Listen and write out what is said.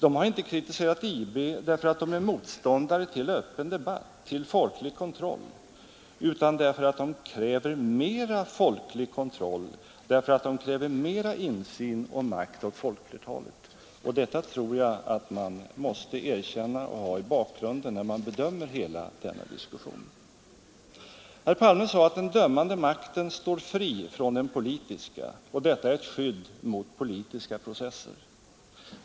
De har inte kritiserat IB därför att de är motståndare till öppen debatt, till folklig kontroll, utan därför att de kräver mera folklig kontroll, därför att de kräver mera insyn och makt åt folkflertalet. Detta tror jag att man måste erkänna och ha i bakgrunden när man bedömer hela denna diskussion. Herr Palme sade att den dömande makten står fri från den politiska och att detta är ett skydd mot politiska processer.